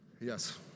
Yes